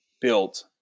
built